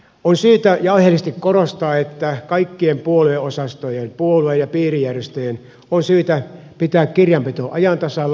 on syytä ja aiheellista korostaa että kaikkien puolueosastojen puolue ja piirijärjestöjen on syytä pitää kirjanpito ajan tasalla